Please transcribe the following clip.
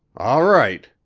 all right,